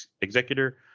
Executor